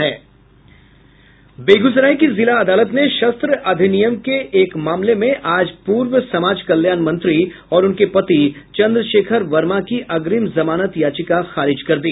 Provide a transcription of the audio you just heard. बेगूसराय की जिला अदालत ने शस्त्र अधिनियम के एक मामले में आज पूर्व समाज कल्याण मंत्री और उनके पति चंद्रशेखर वर्मा की अग्रिम जमानत याचिका खारिज कर दी